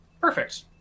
Perfect